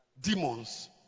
Demons